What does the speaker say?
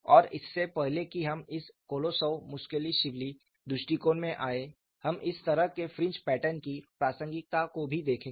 और इससे पहले कि हम इस कोलोसोव मुस्केलिशविली दृष्टिकोण में आएं हम इस तरह के फ्रिंज पैटर्न की प्रासंगिकता को भी देखेंगे